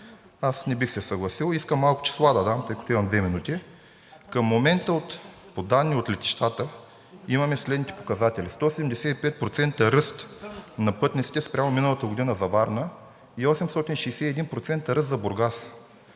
аз не бих се съгласил. Искам малко числа да дам, тъй като имам две минути. Към момента по данни от летищата имаме следните показатели – 175% ръст на пътниците спрямо миналата година за Варна и 861% ръст за Бургас;